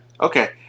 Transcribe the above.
Okay